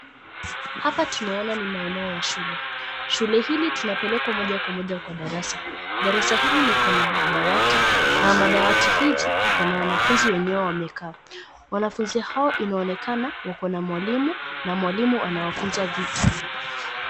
Hapa tunaona ni maeneo ya shule. Shule hili tunapelekwa moja kwa moja kwa darasa. Darasa hili liko na madawati na madawati hizi iko wanafunzi wenyewe wamekaa. Wanafunzi hao inaonekana wako na mwalimu na mwalimu anawafunza vitu.